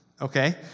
okay